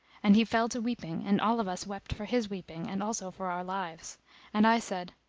and he fell to weeping and all of us wept for his weeping and also for our lives and i said,